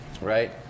right